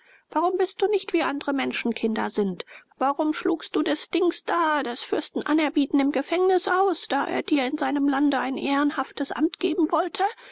warum bist du nicht wie andere menschenkinder sind warum schlugst du des dings da des fürsten anerbietungen im gefängnis aus da er dir in seinem lande ein ehrenhaftes amt geben wollte